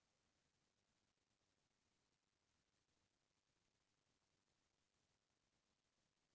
rotavator machine ल खेत म बीज बोए के समे म बउरे जाथे